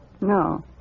No